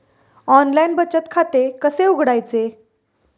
Online बचत खाते कसे उघडायचे?